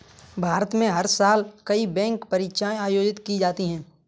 भारत में हर साल कई बैंक परीक्षाएं आयोजित की जाती हैं